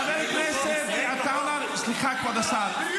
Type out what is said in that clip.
חבר הכנסת עטאונה --- אותם אתה לא מוציא?